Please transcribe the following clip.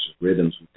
rhythms